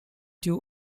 two